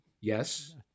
Yes